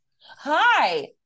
Hi